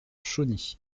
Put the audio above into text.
chauny